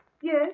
Yes